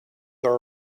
there